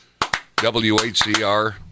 WHCR